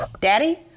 Daddy